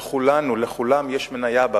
ולכולנו, לכולם, יש מניה בה.